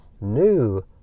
New